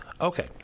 Okay